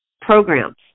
programs